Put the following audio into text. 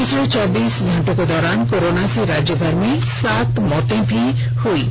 पिछले चौबीस घंटे के दौरान कोरोना से राज्य भर में सात मौतें हुई है